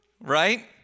right